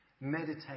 Meditate